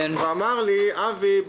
הוא אמר לי: "אבי,